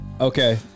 okay